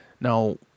Now